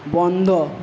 বন্ধ